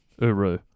Uru